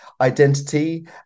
identity